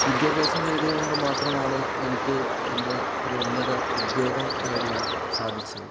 വിദ്യാഭ്യാസം നേടിയത് കൊണ്ട് മാത്രമാണ് എനിക്ക് ഇന്ന് ഒരു ഉന്നത ഉദ്യോഗം നേടുവാൻ സാധിച്ചത്